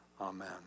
Amen